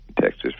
Texas